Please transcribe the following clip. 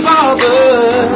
Father